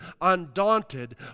undaunted